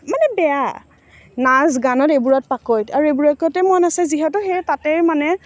মানে বেয়া নাচ গানত এইবোৰত পাকৈত আৰু এইবোৰতে মন আছে যিহেতু সেই তাতেই মানে